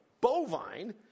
bovine